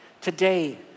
Today